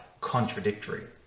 contradictory